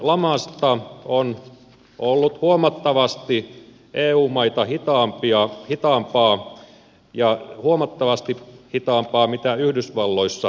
elpyminen lamasta on ollut huomattavasti eu maita hitaampaa ja huomattavasti hitaampaa kuin yhdysvalloissa on ollut